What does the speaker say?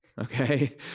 okay